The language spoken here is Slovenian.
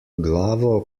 glavo